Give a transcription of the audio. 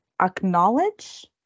acknowledge